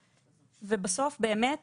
בסוף, באמת